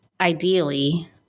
Ideally